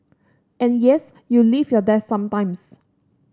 and yes you leave your desk sometimes